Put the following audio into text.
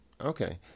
Okay